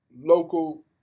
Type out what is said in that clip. local